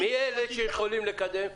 מי אלה שיכולים לקדם?